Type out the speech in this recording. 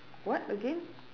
what again